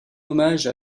hommage